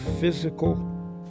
physical